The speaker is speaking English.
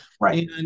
Right